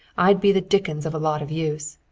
i'd be the dickens of a lot of use!